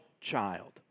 child